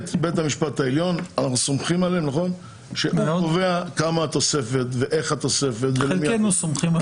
המשפט העליון קובע כמה תהיה התוספת ואיך יקבלו אותה.